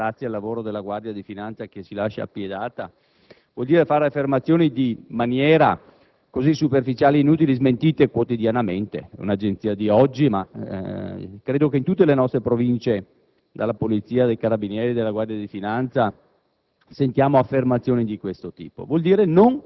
lotta all'evasione fiscale procede grazie al lavoro della Guardia di finanza che si lascia appiedata vuol dire fare affermazioni di maniera, superficiali ed inutili, peraltro, smentite quotidianamente. È un'agenzia di oggi, ma credo che in tutte le Province del nostro Paese dai rappresentanti della Polizia, dei Carabinieri, della Guardia di finanza